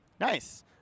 Nice